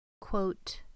Quote